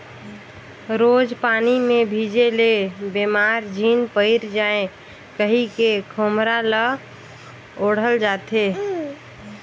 रोज पानी मे भीजे ले बेमार झिन पइर जाए कहिके खोम्हरा ल ओढ़ल जाथे